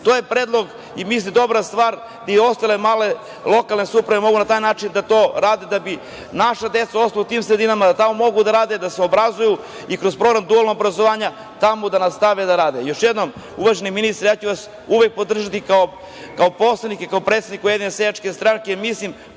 je predlog i mislim dobra stvar i ostale male lokalne samouprave mogu na taj način da to rade da bi naša deca ostala u tim sredinama, da tamo mogu da rade i da se obrazuju i kroz program dualnog obrazovanja tamo da nastave da rade. Još jednom, uvaženi ministre, ja ću vas uvek podržati kao poslanik i kao predsednik Ujedinjene seljačke stranke, podrška malim